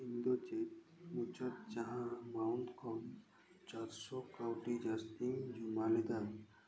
ᱤᱧ ᱫᱚ ᱪᱮᱫ ᱢᱚᱪᱟ ᱡᱟᱦᱟᱸ ᱢᱟᱣᱩᱱᱛᱷ ᱠᱷᱚᱱ ᱪᱟᱨᱥᱚ ᱠᱟᱣᱰᱤ ᱡᱟᱹᱥᱛᱤᱧ ᱡᱚᱢᱟᱞᱮᱫᱟ